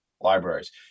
libraries